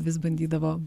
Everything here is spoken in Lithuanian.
vis bandydavo